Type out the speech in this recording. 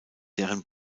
deren